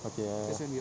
okay